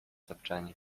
tapczanie